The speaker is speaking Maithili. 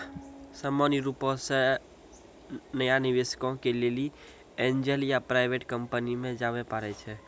सामान्य रुपो से नया निबेशको के लेली एंजल या प्राइवेट कंपनी मे जाबे परै छै